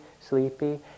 sleepy